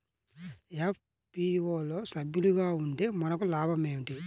FPO లో సభ్యులుగా ఉంటే మనకు లాభం ఏమిటి?